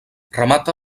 remata